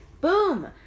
Boom